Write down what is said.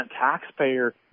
taxpayer